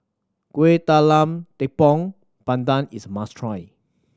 Kueh Talam Tepong Pandan is must try